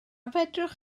fedrwch